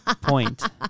point